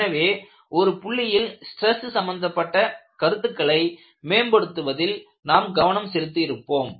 எனவே ஒரு புள்ளியில் ஸ்ட்ரெஸ் சம்பந்தப்பட்ட கருத்துக்களை மேம்படுத்துவதில் நாம் கவனம் செலுத்தி இருப்போம்